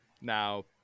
Now